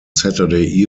saturday